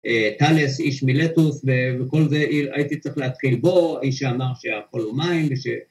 טאלס, איש מילטוס וכל זה, הייתי צריך להתחיל בו, איש שאמר שהכל הוא מים